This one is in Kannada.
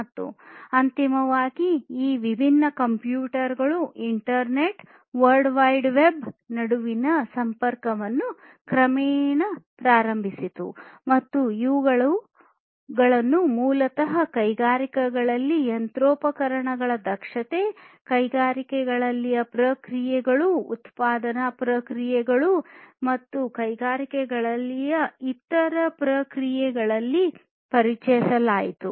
ಮತ್ತು ಅಂತಿಮವಾಗಿ ಈ ವಿಭಿನ್ನ ಕಂಪ್ಯೂಟರ್ಗಳು ಇಂಟರ್ನೆಟ್ ವರ್ಲ್ಡ್ ವೈಡ್ ವೆಬ್ ನಡುವಿನ ಸಂಪರ್ಕವು ಕ್ರಮೇಣ ಪ್ರಾರಂಭವಾಯಿತು ಮತ್ತು ಇವುಗಳನ್ನು ಮೂಲತಃ ಕೈಗಾರಿಕೆಗಳಲ್ಲಿ ಯಂತ್ರೋಪಕರಣಗಳ ದಕ್ಷತೆ ಕೈಗಾರಿಕೆಗಳಲ್ಲಿನ ಪ್ರಕ್ರಿಯೆಗಳು ಉತ್ಪಾದನಾ ಪ್ರಕ್ರಿಯೆಗಳು ಮತ್ತು ಕೈಗಾರಿಕೆಗಳಲ್ಲಿನ ಇತರ ಪ್ರಕ್ರಿಯೆಗಳಲ್ಲಿ ಪರಿಚಯಿಸಲಾಯಿತು